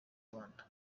rwanda